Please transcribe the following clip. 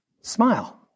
smile